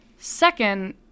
Second